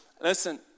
Listen